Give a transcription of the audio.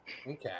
Okay